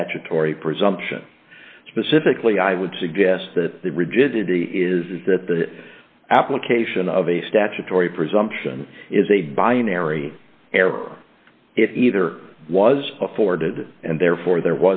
statutory presumption specifically i would suggest that the rigidity is that the application of a statutory presumption is a binary error if either was afforded and therefore there